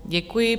Děkuji.